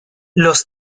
los